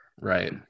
Right